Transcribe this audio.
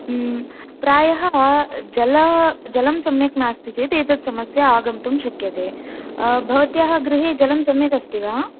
ह्म् प्रायः जला जलं सम्यक् नास्ति चेत् एतत् समस्या आगन्तुं शक्यते भवत्याः गृहे जलं सम्यक् अस्ति वा